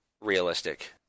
realistic